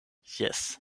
jes